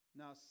now